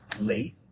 late